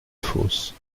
fosse